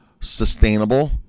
sustainable